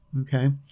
Okay